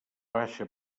baixa